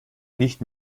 nicht